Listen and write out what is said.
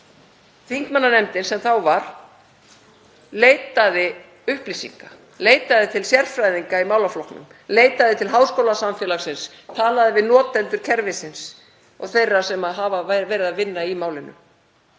Þingmannanefndin sem þá var leitaði upplýsinga, leitaði til sérfræðinga í málaflokknum, leitaði til háskólasamfélagsins, talaði við notendur kerfisins og þeirra sem hafa verið að vinna í málinu